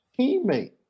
teammate